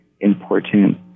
important